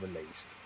released